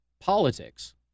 politics